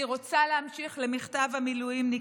אני רוצה להמשיך למכתב המילואימניקים,